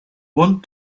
want